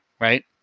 right